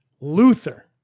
luther